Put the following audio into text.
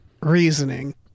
reasoning